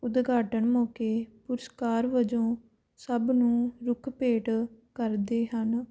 ਉਦਘਾਟਨ ਮੌਕੇ ਪੁਰਸਕਾਰ ਵਜੋਂ ਸਭ ਨੂੰ ਰੁੱਖ ਭੇਟ ਕਰਦੇ ਹਨ